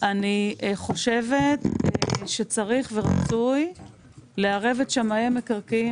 אני חושבת שצריך ורצוי לערב את שמאי המקרקעין